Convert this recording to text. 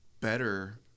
better